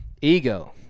ego